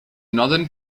northern